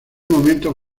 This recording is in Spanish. momento